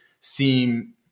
seem